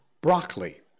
broccoli